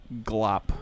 Glop